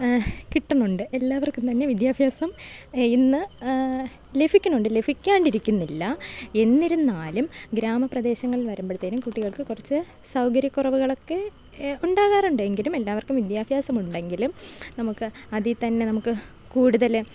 കിട്ടുന്നുണ്ട് എല്ലാവർക്കും തന്നെ വിദ്യാഭ്യാസം ഇന്ന് ലഭിക്കുന്നുണ്ട് ലഭിക്കാണ്ട് ഇരിക്കുന്നില്ല എന്നിരുന്നാലും ഗ്രാമ പ്രദേശങ്ങളിൽ വരുമ്പോഴത്തേക്കും കുട്ടികൾക്ക് കുറച്ചു സൗകര്യ കുറവുകളൊക്കെ ഉണ്ടാകാറുണ്ട് എങ്കിലും എല്ലാവർക്കും വിദ്യാഭ്യാസമുണ്ടെങ്കിലും നമുക്ക് അത് ഈ തന്നെ നമുക്ക് കൂടുതൽ